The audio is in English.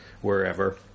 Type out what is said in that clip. wherever